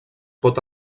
pot